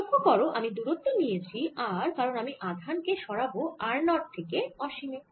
লক্ষ্য করো আমি দূরত্ব নিয়েছি r কারণ আমি আধান কে সরাব r 0 থেকে অসীমে